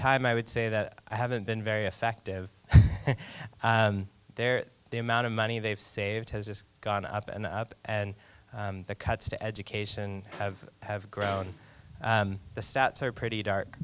time i would say that i haven't been very effective there the amount of money they've saved has just gone up and up and the cuts to education have have grown the stats are pretty dark